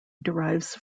derives